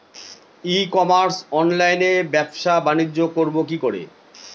ই commerce অনলাইনে ব্যবসা বানিজ্য করব কি করে?